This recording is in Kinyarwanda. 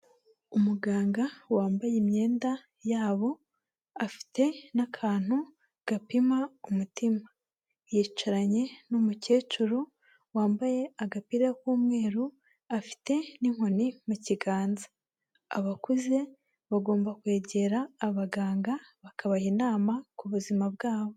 Umuganga wambaye imyenda yabo, afite n'akantu gapima umutima. Yicaranye n'umukecuru wambaye agapira k'umweru, afite n'inkoni mu kiganza. Abakuze bagomba kwegera abaganga, bakabaha inama ku buzima bwabo.